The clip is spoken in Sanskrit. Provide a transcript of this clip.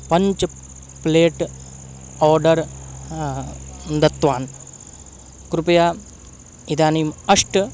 पञ्च प्लेट् आर्डर् दत्तवान् कृपया इदानीम् अष्ट